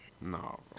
no